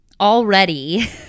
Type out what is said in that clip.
already